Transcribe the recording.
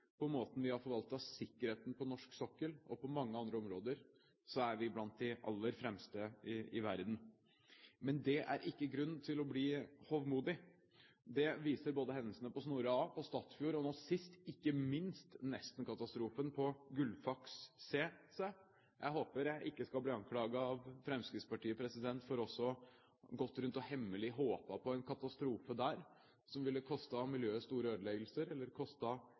på, måten vi har forvaltet sikkerheten på norsk sokkel på og på mange andre områder, er vi blant de aller fremste i verden. Men det er ikke grunn til å bli hovmodig. Det viser både hendelsene på Snorre A og Statfjord, og nå sist ikke minst nestenkatastrofen på Gullfaks C. Jeg håper jeg ikke skal bli anklaget av Fremskrittspartiet for også ha gått rundt og i hemmelighet håpet på en katastrofe der, som ville kostet miljøet store ødeleggelser, eller